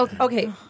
Okay